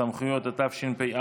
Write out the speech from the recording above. (סמכויות), התשפ"א